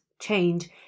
change